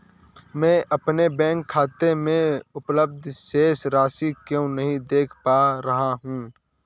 मैं अपने बैंक खाते में उपलब्ध शेष राशि क्यो नहीं देख पा रहा हूँ?